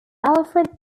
alfred